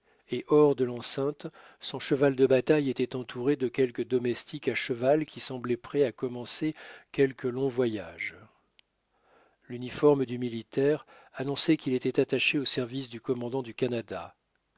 et hors de l'enceinte son cheval de bataille était entouré de quelques domestiques à cheval qui semblaient prêts à commencer quelque long voyage l'uniforme du militaire annonçait qu'il était attaché au service du commandant du canada